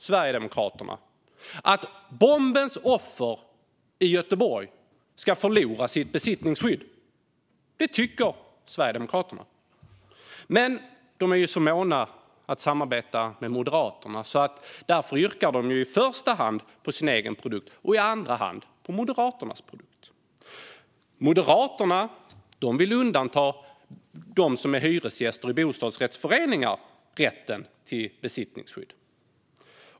Sverigedemokraterna vill alltså att offren för bomben i Göteborg ska förlora sitt besittningsskydd. Men de är så måna om att samarbeta med Moderaterna, och därför röstar de i första hand på sin egen produkt och i andra hand på Moderaternas. Moderaterna vill undanta hyresgäster i bostadsrättsföreningar från rätten till besittningsskydd.